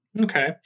Okay